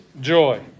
joy